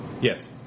Yes